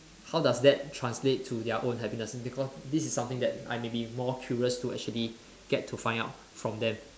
how does that translate to their own happiness is because this is something that I maybe more curious to actually get to find out from them